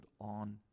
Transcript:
on